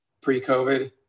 pre-COVID